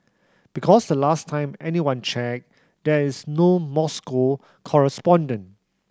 because the last time anyone checked there is no Moscow correspondent